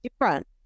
different